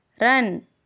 run